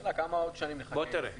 השאלה היא עוד כמה שנים נחכה עם הסיבים.